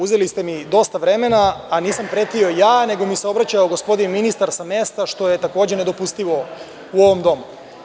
Uzeli ste mi dosta vremena, a nisam pretio ja, nego mi se obraćao gospodin ministar sa mesta, što je takođe nedopustivo u ovom domu.